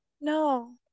No